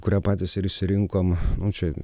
kurią patys ir išsirinkom nu čia